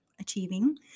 Achieving